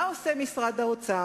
מה עושה משרד האוצר?